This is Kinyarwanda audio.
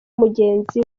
mugenzi